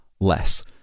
less